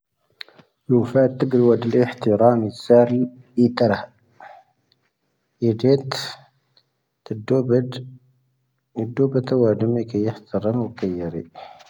3ⵍⵓⴼⴰⵜⵉⴳⵍⴻ ⵡⴰⴷⵉⵍⴻ ⵉⵀⵜⵉⵔⴰⵎⵉⵙⴰⵔ ⵍⵉ ⵉⵜⴰⵔⴰ. ⵉⵊⵉⵜ. ⴷⴻⴷⴷoⴱⵉⴷ. ⴷⴻⴷⴷoⴱⵉⴷ ⵡⴰ ⴰⴷⵎⵉⴽⴻ ⵉⵀⵜⴰⵔⴰⵎⵓ ⴽⵉⵢⴰⵔⵉ.